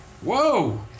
Whoa